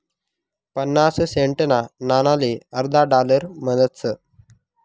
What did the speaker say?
पन्नास सेंटना नाणाले अर्धा डालर म्हणतस